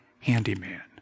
handyman